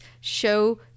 Show